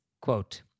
quote